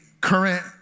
current